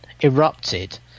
erupted